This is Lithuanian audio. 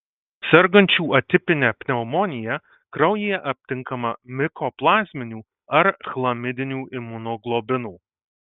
sergančių atipine pneumonija kraujyje aptinkama mikoplazminių ar chlamidinių imunoglobulinų